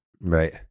Right